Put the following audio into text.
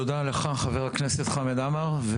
תודה רבה לך חבר הכנסת חמד עמאר.